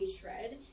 shred